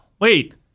Wait